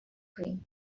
cream